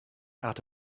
out